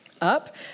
up